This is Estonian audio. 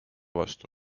vastu